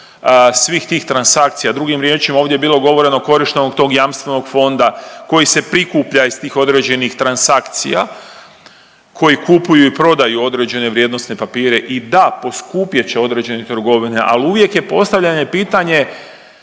svih tih transakcija. Drugim riječima ovdje je bilo govoreno korištenog tog jamstvenog fonda koji se prikuplja iz tih određenih koji se prikuplja iz tih određenih transakcija koji kupuju i prodaju određene vrijednosne papire i da poskupjet će određene trgovine, ali uvijek postavljanje pitanje